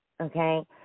okay